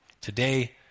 today